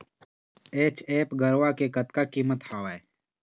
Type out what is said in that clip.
HF गरवा के कतका कीमत हवए?